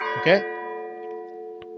Okay